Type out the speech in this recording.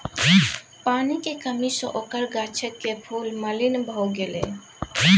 पानिक कमी सँ ओकर गाछक फूल मलिन भए गेलै